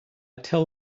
tell